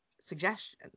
suggestion